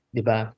Diba